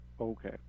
Okay